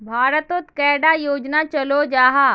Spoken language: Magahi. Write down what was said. भारत तोत कैडा योजना चलो जाहा?